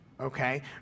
okay